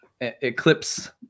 Eclipse